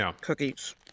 cookies